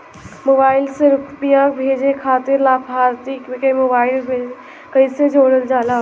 Mobile से रूपया भेजे खातिर लाभार्थी के मोबाइल मे कईसे जोड़ल जाला?